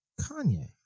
kanye